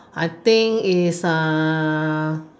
I think is uh